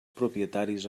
propietaris